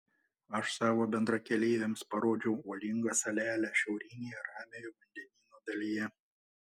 aš savo bendrakeleiviams parodžiau uolingą salelę šiaurinėje ramiojo vandenyno dalyje